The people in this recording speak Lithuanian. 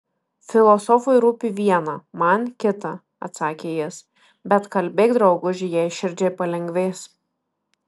filosofui rūpi viena man kita atsakė jis bet kalbėk drauguži jei širdžiai palengvės